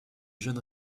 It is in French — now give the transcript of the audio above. jeunes